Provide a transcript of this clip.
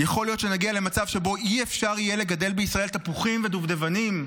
יכול להיות שנגיע למצב שבו אי-אפשר לגדל בישראל תפוחים ודובדבנים,